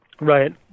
Right